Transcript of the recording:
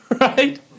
Right